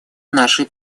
нашей